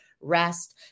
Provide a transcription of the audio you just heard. rest